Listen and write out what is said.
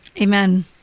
Amen